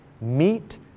Meet